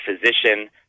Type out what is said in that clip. physician